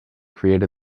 created